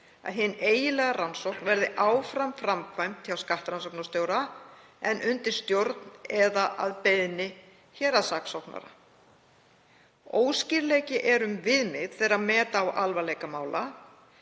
að hin eiginlega rannsókn verði áfram framkvæmd hjá skattrannsóknarstjóra en undir stjórn eða að beiðni héraðssaksóknara. Óskýrleiki er um viðmið þegar meta á alvarleika mála.